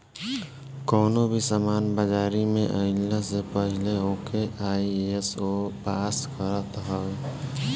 कवनो भी सामान बाजारी में आइला से पहिले ओके आई.एस.ओ पास करत हवे